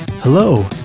hello